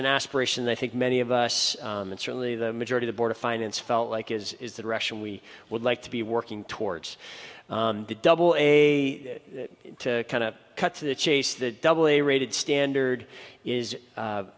an aspiration they think many of us and certainly the majority the board of finance felt like is is the direction we would like to be working towards the double a kind of cut to the chase the double a rated standard is